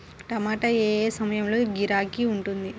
టమాటా ఏ ఏ సమయంలో గిరాకీ ఉంటుంది?